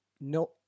no